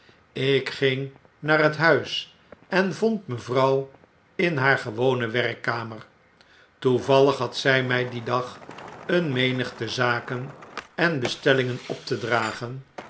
ik ging naar het huis en vond mevrouw in haar gewone wer kkamer toevallig had zy my dien dag een menigte zaken en bestellingen op te dragen